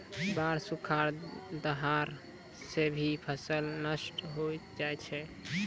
बाढ़, सुखाड़, दहाड़ सें भी फसल नष्ट होय जाय छै